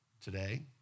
today